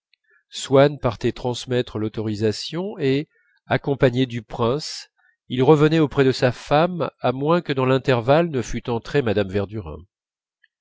swann partait transmettre l'autorisation et accompagné du prince il revenait auprès de sa femme à moins que dans l'intervalle ne fût entrée mme verdurin